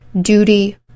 duty